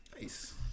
Nice